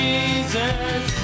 Jesus